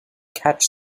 catch